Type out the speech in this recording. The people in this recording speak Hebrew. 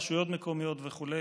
רשויות מקומיות וכו',